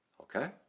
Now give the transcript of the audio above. Okay